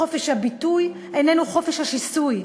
חופש הביטוי איננו חופש השיסוי.